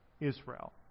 Israel